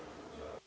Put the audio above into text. Hvala.